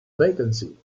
vacancy